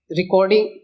recording